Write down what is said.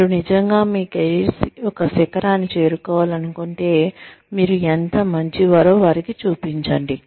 మీరు నిజంగా మీ కెరీర్ యొక్క శిఖరాన్ని చేరుకోవాలనుకుంటే మీరు ఎంత మంచివారో వారికి చూపించండి